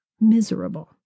miserable